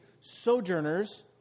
sojourners